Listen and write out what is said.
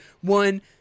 one